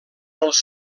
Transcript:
els